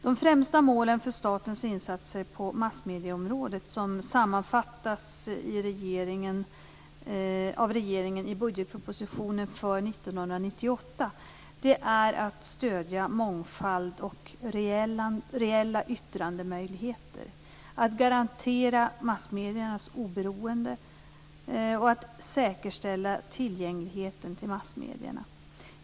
De främsta målen för statens insatser på massmedieområdet, som sammanfattas av regeringen i budgetpropositionen för 1998 , är att stödja mångfald och reella yttrandemöjligheter, garantera massmediernas oberoende samt säkerställa tillgängligheten till massmedierna.